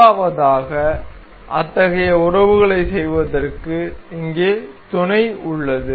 முதலாவதாக அத்தகைய உறவுகளைச் செய்வதற்க்கு இங்கே துணை உள்ளது